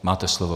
Máte slovo.